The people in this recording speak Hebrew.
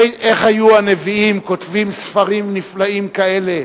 איך היו הנביאים כותבים ספרים נפלאים כאלה,